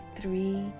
three